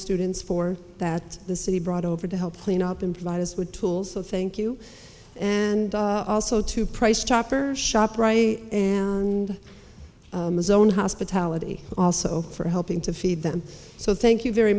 students for that the city brought over to help clean up and fight us with tools so thank you and also to price chopper shoprite and his own hospitality also for helping to feed them so thank you very